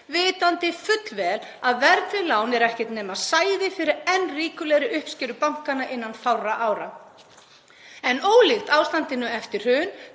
vitandi fullvel að verðtryggð lán eru ekkert nema sæði fyrir enn ríkulegri uppskeru bankanna innan fárra ára. En ólíkt ástandinu eftir hrun